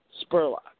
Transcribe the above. Spurlock